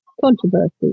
controversy